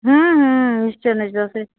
ହୁଁ ନିଶ୍ଚୟ